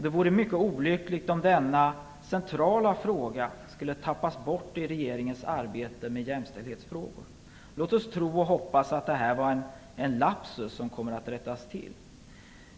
Det vore mycket olyckligt om denna centrala fråga skulle tappas bort i regeringens arbete med jämställdhetsfrågor. Låt oss tro och hoppas att detta var en lapsus som kommer att rättas till.